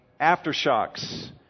aftershocks